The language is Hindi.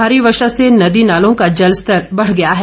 भारी वर्षा से नदी नालों का जल स्तर बढ़ गया है